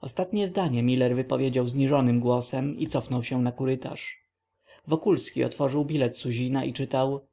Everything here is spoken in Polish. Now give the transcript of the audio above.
ostatnie zdania miler wypowiedział zniżonym głosem i cofnął się na korytarz wokulski otworzył bilet suzina i czytał